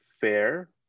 fair